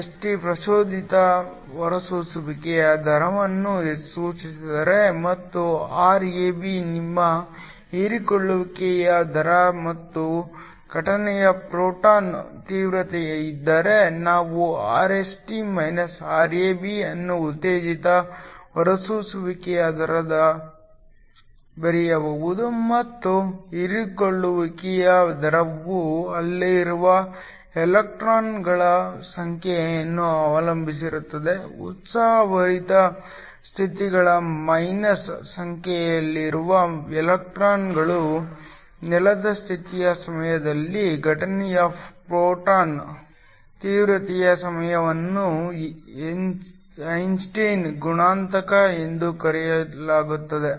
Rst ಪ್ರಚೋದಿತ ಹೊರಸೂಸುವಿಕೆಯ ದರವನ್ನು ಸೂಚಿಸಿದರೆ ಮತ್ತು Rab ನಿಮ್ಮ ಹೀರಿಕೊಳ್ಳುವಿಕೆಯ ದರ ಮತ್ತು ಘಟನೆಯ ಫೋಟಾನ್ ತೀವ್ರತೆಯಾಗಿದ್ದರೆ ನಾವು Rst Rab ಅನ್ನು ಉತ್ತೇಜಿತ ಹೊರಸೂಸುವಿಕೆಯ ದರಕ್ಕೆ ಬರೆಯಬಹುದು ಮತ್ತು ಹೀರಿಕೊಳ್ಳುವಿಕೆಯ ದರವು ಅಲ್ಲಿರುವ ಎಲೆಕ್ಟ್ರಾನ್ಗಳ ಸಂಖ್ಯೆಯನ್ನು ಅವಲಂಬಿಸಿರುತ್ತದೆ ಉತ್ಸಾಹಭರಿತ ಸ್ಥಿತಿಗಳಲ್ಲಿ ಮೈನಸ್ ಸಂಖ್ಯೆಯಲ್ಲಿರುವ ಎಲೆಕ್ಟ್ರಾನ್ಗಳು ನೆಲದ ಸ್ಥಿತಿಯ ಸಮಯದಲ್ಲಿ ಘಟನೆಯ ಫೋಟಾನ್ ತೀವ್ರತೆಯ ಸಮಯವನ್ನು ಐನ್ಸ್ಟೈನ್ ಗುಣಾಂಕ ಎಂದು ಕರೆಯಲಾಗುತ್ತದೆ